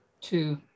Two